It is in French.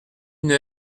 une